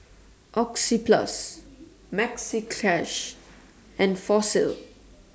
Oxyplus Maxi Cash and Fossil